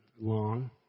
long